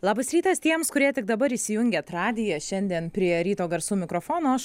labas rytas tiems kurie tik dabar įsijungėt radiją šiandien prie ryto garsų mikrofono aš